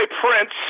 prince